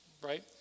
right